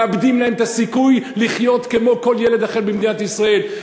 מאבדים להם את הסיכוי לחיות כמו כל ילד אחר במדינת ישראל.